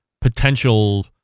potential